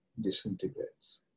disintegrates